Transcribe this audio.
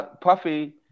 Puffy